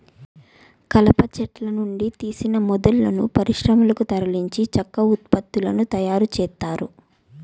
కలప చెట్ల నుండి తీసిన మొద్దులను పరిశ్రమలకు తరలించి చెక్క ఉత్పత్తులను తయారు చేత్తారు